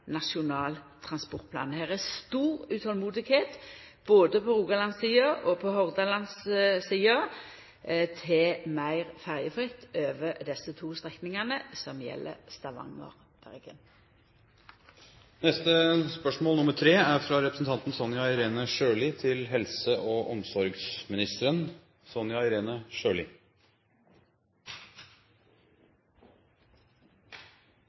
Nasjonal transportplan. Her er stort utolmod både på rogalandssida og på hordalandssida etter å få det meir ferjefritt over dei to strekningane som gjeld